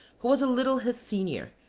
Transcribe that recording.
who was a little his senior,